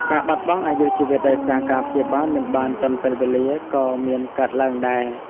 ការបាត់បង់អាយុជីវិតដោយសារការព្យាបាលមិនបានទាន់ពេលវេលាក៏មានកើតឡើងដែរ។